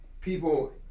People